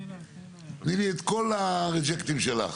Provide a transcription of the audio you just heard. תני לי את כל הריג'קטים שלך.